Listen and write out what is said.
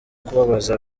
kubabaza